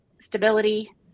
stability